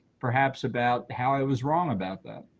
perhaps, about how i was wrong about that.